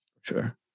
Sure